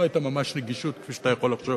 לא היתה ממש נגישות, כפי שאתה יכול לחשוב.